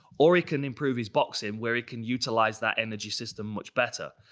or he can improve his boxing where he can utilize that energy system much better.